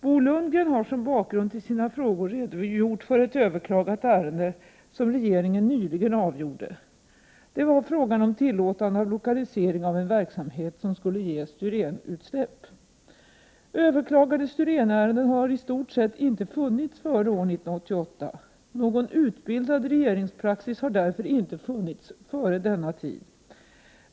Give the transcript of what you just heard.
Bo Lundgren har som bakgrund till sina frågor redogjort för ett överklagat ärende som regeringen nyligen avgjorde. Det var fråga om tillåtande av 23 lokalisering av en verksamhet som skulle ge styrenutsläpp. Överklagade styrenärenden har i stort sett inte funnits före år 1988. Någon utbildad regeringspraxis har därför inte funnits före denna tid.